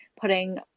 putting